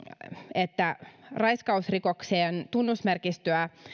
että raiskausrikoksien tunnusmerkistöä